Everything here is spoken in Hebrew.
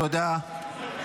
תודה.